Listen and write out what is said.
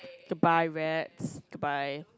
goodbye webs goodbye